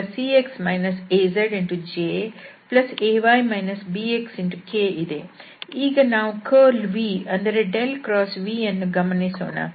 ಈಗ ನಾವು curl v ಅಂದರೆ v ಅನ್ನು ಗಮನಿಸೋಣ